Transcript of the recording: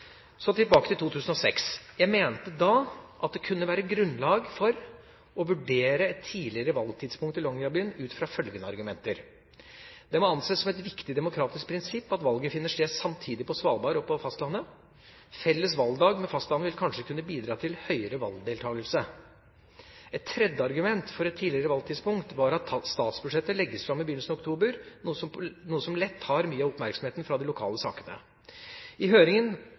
Tilbake til 2006: Jeg mente da at det kunne være grunnlag for å vurdere et tidligere valgtidspunkt i Longyearbyen, ut fra følgende argumenter: Det må anses som et viktig demokratisk prinsipp at valget finner sted samtidig på Svalbard og på fastlandet. Felles valgdag med fastlandet vil kanskje kunne bidra til høyere valgdeltakelse. Et tredje argument for et tidligere valgtidspunkt var at statsbudsjettet legges fram i begynnelsen av oktober, noe som lett tar mye av oppmerksomheten fra de lokale sakene. I høringen